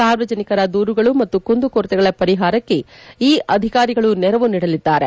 ಸಾರ್ವಜನಿಕರ ದೂರುಗಳು ಮತ್ತು ಕುಂದುಕೊರತೆಗಳ ಪರಿಹಾರಕ್ಕೆ ಈ ಅಧಿಕಾರಿಗಳು ನೆರವು ನೀಡಲಿದ್ದಾರೆ